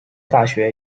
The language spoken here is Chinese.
大学